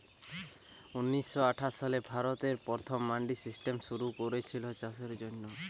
ঊনিশ শ আঠাশ সালে ভারতে প্রথম মান্ডি সিস্টেম শুরু কোরেছিল চাষের জন্যে